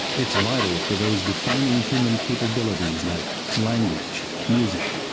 it's vital for those defining human capabilities like language, music,